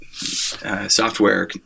Software